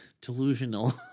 delusional